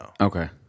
okay